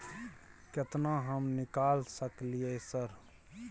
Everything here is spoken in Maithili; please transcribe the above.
केतना हम निकाल सकलियै सर?